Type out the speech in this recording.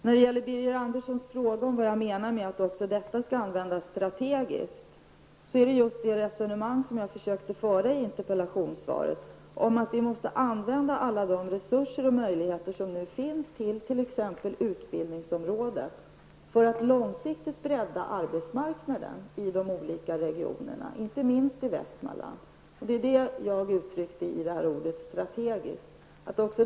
Med anledning av Birger Anderssons fråga om vad jag menar med att också detta skall användas strategiskt vill jag säga att det gäller just det resonemang som jag försökte föra i interpellationssvaret -- vi måste utnyttja alla de resurser och möjligheter som finns på t.ex. utbildningsområdet för att långsiktigt bredda arbetsmarknaden i de olika regionerna, inte minst i Västmanland. Det var detta som jag avsåg med ordet ''strategiskt''.